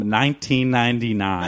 1999